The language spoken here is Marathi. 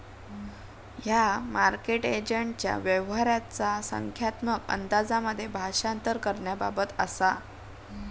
ह्या मार्केट एजंटच्या व्यवहाराचा संख्यात्मक अंदाजांमध्ये भाषांतर करण्याबाबत असा